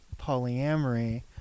polyamory